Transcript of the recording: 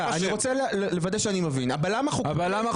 אני רוצה לוודא שאני מבין לגבי הבלם החוקתי.